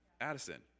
Addison